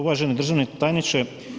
Uvaženi državni tajniče.